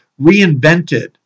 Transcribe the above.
reinvented